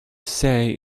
say